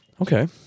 Okay